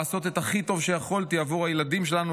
לעשות הכי טוב שיכולתי עבור הילדים שלנו,